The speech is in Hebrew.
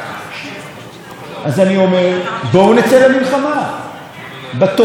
אז אני אומר: בואו נצא למלחמה בתופעה האיומה הזאת,